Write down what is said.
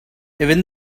even